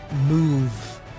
move